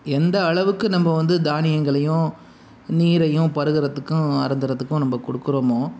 எந்த அளவுக்கு நம்ம வந்து தானியங்களையும் நீரையும் பருகுறத்துக்கும் அருந்துறத்துக்கும் நம்ப கொடுக்குறோமோ